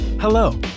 Hello